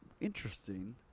interesting